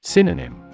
Synonym